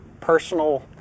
personal